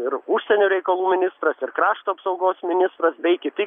ir užsienio reikalų ministras ir krašto apsaugos ministras bei kiti